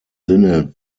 sinne